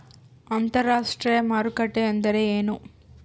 ಅಂತರಾಷ್ಟ್ರೇಯ ಮಾರುಕಟ್ಟೆ ಎಂದರೇನು?